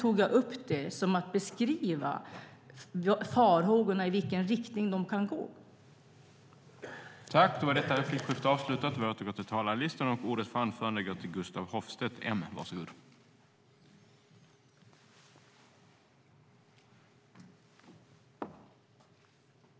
Jag tog upp detta för att beskriva i vilken riktning farhågorna kan gå.